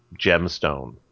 gemstone